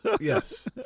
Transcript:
yes